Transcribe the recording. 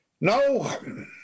No